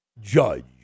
Judge